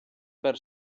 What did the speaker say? per